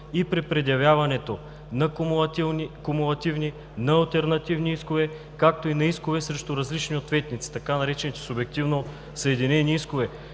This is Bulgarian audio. и при предявяването на кумулативни, на алтернативни искове, както и на искове срещу различни ответници, така наречените „субективно съединени искове“,